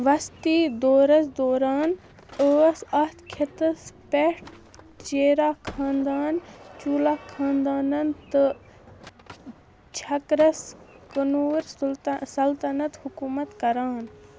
وسطی دورس دوران ٲسۍ اَتھ خٕطس پٮ۪ٹھ چیٖرا خانٛدان چوٗلا خانٛدانن تہٕ چھكرس کُنوٗر سُل سلطنت حکوٗمت کران